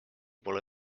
pole